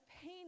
pain